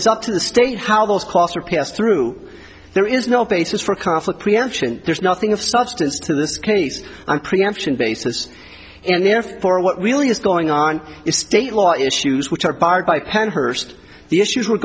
is up to the state how those costs are passed through there is no basis for conflict prevention there's nothing of substance to this case and preemption basis and therefore what really is going on is state law issues which are barred by penn hearst the issues we're